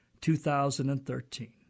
2013